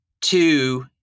Two